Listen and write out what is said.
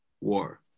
war